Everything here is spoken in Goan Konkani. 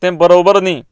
तें बरोबर न्ही